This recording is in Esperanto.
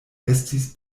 estis